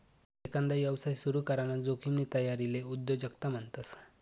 एकांदा यवसाय सुरू कराना जोखिमनी तयारीले उद्योजकता म्हणतस